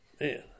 Man